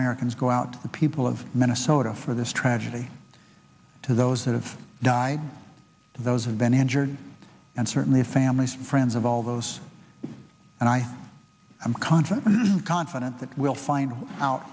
americans go out the people of minnesota for this tragedy to those that have died those have been injured and certainly families friends of all those and i am confident and confident that we'll find out